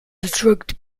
attracted